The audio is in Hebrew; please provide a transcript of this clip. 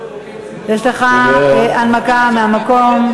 ההצעה להעביר את הצעת חוק חופש המידע (תיקון,